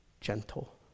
gentle